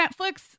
Netflix